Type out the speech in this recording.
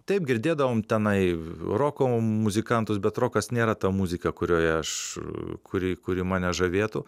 taip girdėdavom tenai roko muzikantus bet rokas nėra ta muzika kurioje aš kuri kuri mane žavėtų